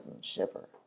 shiver